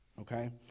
Okay